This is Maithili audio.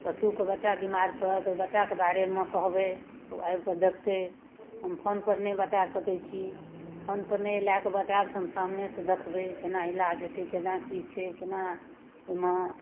पशुके बच्चा बीमार पड़त ओइ बच्चाके बारेमे कहबै तऽ ओ आबिकऽ देखतै हम फोनपर नहि बता सकै छी फोनपर नहि अइ लए कऽ बतायब सामनेसँ देखबै केना इलाज हेतै केना की छै केना ओइमे